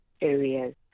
areas